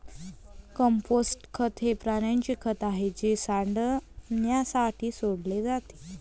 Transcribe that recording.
compost खत हे प्राण्यांचे खत आहे जे सडण्यासाठी सोडले जाते